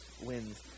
wins